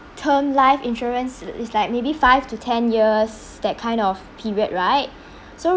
term life insurance is like maybe five to ten years that kind of period right so